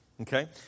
Okay